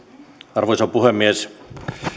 arvoisa puhemies